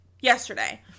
Yesterday